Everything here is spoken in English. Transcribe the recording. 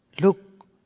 Look